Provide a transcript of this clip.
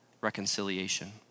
reconciliation